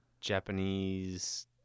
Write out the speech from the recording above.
Japanese